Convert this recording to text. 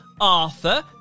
arthur